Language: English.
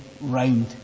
round